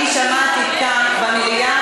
יש לי זכות להגיב.